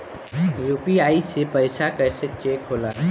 UPI से पैसा कैसे चेक होला?